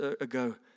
ago